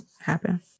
happen